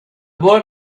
boy